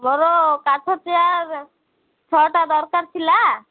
ମୋର କାଠ ଚେୟାର୍ ଛଅଟା ଦରକାର ଥିଲା